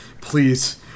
Please